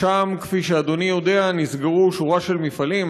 שם, כפי שאדוני יודע, נסגרו שורה של מפעלים.